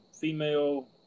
female